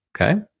Okay